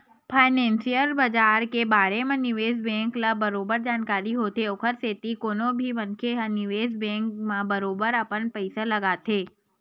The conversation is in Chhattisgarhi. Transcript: फानेंसियल बजार के बारे म निवेस बेंक ल बरोबर जानकारी होथे ओखर सेती कोनो भी मनखे ह निवेस बेंक म बरोबर अपन पइसा लगाथे